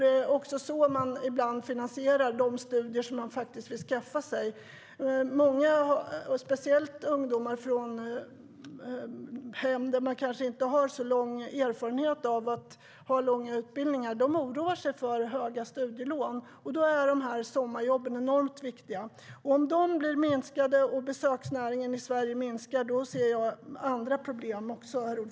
Det är ofta så de finansierar sina studier. Många ungdomar, särskilt sådana som kommer från hem där man inte har så stor erfarenhet av långa utbildningar, oroar sig för höga studielån. Då är dessa sommarjobb enormt viktiga. Om dessa jobb minskar och om besöksnäringen i Sverige minskar, då ser jag även andra problem.